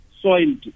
soiled